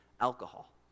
alcohol